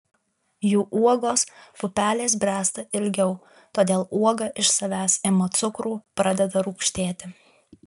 jų uogos pupelės bręsta ilgiau todėl uoga iš savęs ima cukrų pradeda rūgštėti